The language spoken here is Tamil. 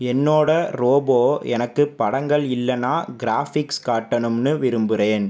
என்னோட ரோபோ எனக்கு படங்கள் இல்லைன்னா கிராபிக்ஸ் காட்டணும்னு விரும்புறேன்